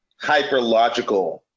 hyperlogical